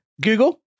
Google